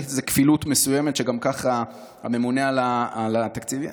זה כפילות מסוימת שגם ככה הממונה על התקציבים,